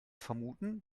vermuten